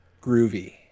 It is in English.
groovy